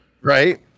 Right